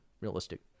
realistic